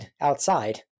outside